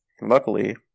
Luckily